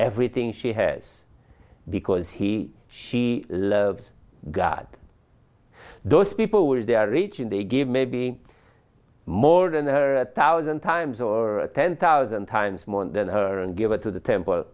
everything she has because he she loves god those people when they are rich and they give maybe more than her a thousand times or ten thousand times more than her and give it to the temple